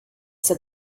said